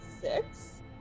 six